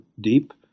deep